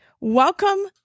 Welcome